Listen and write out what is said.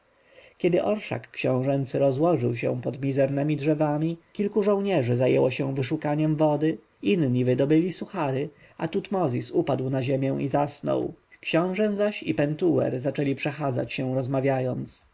kiedy orszak książęcy rozłożył się pod mizernemi drzewami kilku żołnierzy zajęło się wyszukaniem wody inni wydobyli suchary a tutmozis upadł na ziemię i zasnął książę zaś i pentuer zaczęli przechadzać się rozmawiając